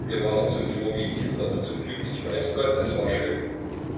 wir waren so froh wie kinder und so glücklich weiß gott es war schön